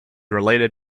related